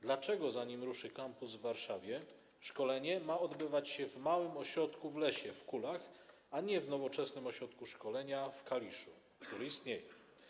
Dlaczego, zanim ruszy kampus w Warszawie, szkolenie ma odbywać się w małym ośrodku w lesie, w Kulach, a nie w nowoczesnym ośrodku szkolenia w Kaliszu, który istnieje?